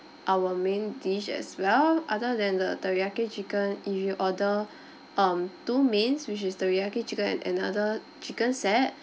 our main dish as well other than the teriyaki chicken if you order um two mains which is teriyaki chicken and another chicken set